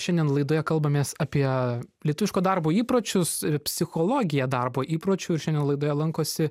šiandien laidoje kalbamės apie lietuviško darbo įpročius ir psichologiją darbo įpročių ir šiandien laidoje lankosi